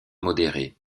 modérées